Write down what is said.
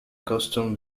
custom